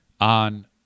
on